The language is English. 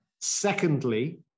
Secondly